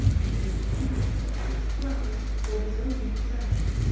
he contented himself with planning, for his own pleasure,